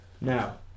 Now